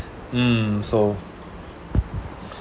hmm so